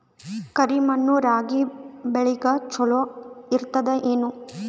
ಕರಿ ಮಣ್ಣು ರಾಗಿ ಬೇಳಿಗ ಚಲೋ ಇರ್ತದ ಏನು?